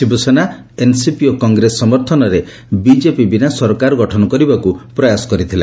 Shiv Sena NCP ଓ କଂଗ୍ରେସ ସମର୍ଥନରେ BJP ବିନା ସରକାର ଗଠନ କରିବାକୁ ପ୍ରୟାସ କରିଥିଲା